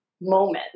moment